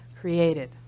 created